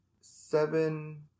Seven